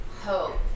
hope